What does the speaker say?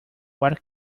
what